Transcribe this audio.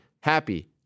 Happy